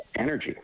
energy